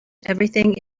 everything